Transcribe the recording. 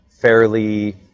fairly